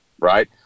right